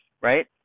right